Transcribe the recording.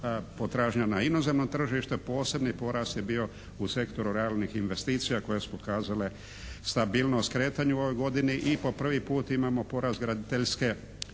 potražnja na inozemnom tržištu. Posebni porast je bio u sektoru realnih investicija koje su pokazale stabilnost kretanja u ovoj godini. I po prvi put imamo porast graditeljske